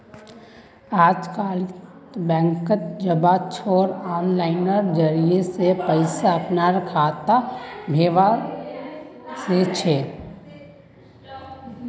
अजकालित बैंकत जबा छोरे आनलाइनेर जरिय स पैसा अपनार खातात भेजवा सके छी